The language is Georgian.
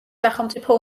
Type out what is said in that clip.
სახელმწიფო